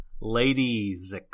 ladies